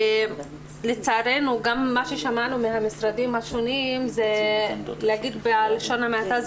לצערנו גם מה ששמענו מהמשרדים השונים לא מספק בלשון המעטה.